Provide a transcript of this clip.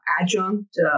adjunct